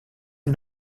est